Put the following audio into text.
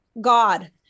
God